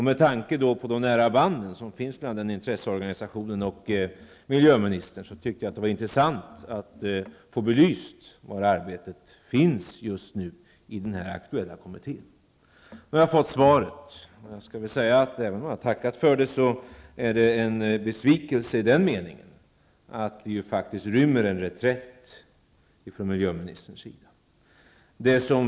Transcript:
Med tanke på de nära band som finns mellan intresseorganisationen och miljöministern tycker jag att det var intressant att få belyst var arbetet sker just nu i den aktuella kommittén. Nu har jag fått svaret. Även om jag har tackat för det, så är det en besvikelse i den meningen att det faktiskt rymmer en reträtt ifrån miljöministerns sida.